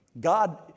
God